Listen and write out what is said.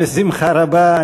בשמחה רבה.